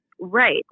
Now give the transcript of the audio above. Right